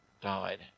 died